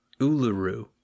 Uluru